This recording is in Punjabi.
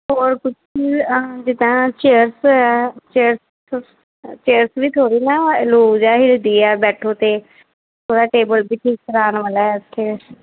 ਹੋਰ ਕੁਛ ਨਹੀਂ ਜਿੱਦਾਂ ਚੇਅਰਸ ਹੈ ਚੇਅਰਸ ਚੇਅਰਸ ਵੀ ਥੋੜ੍ਹੀ ਨਾ ਲੂਜ ਹੈ ਹਿਲਦੀ ਹੈ ਬੈਠੋ ਤਾਂ ਥੋੜ੍ਹਾ ਟੇਬਲ ਵੀ ਠੀਕ ਕਰਵਾਉਣ ਵਾਲਾ ਹੈ ਇੱਥੇ